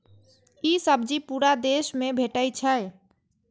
ई सब्जी पूरा देश मे भेटै छै